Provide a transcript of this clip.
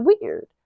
weird